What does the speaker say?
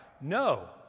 No